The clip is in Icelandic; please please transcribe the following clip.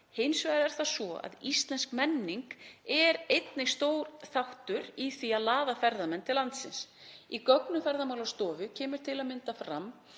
Hins vegar er það svo að íslensk menning er einnig stór þáttur í því að laða ferðamenn til landsins. Í gögnum Ferðamálastofu kemur fram